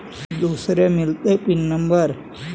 दुसरे मिलतै pin number?